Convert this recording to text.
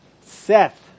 Seth